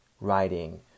writing